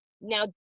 Now